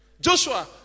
Joshua